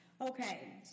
Okay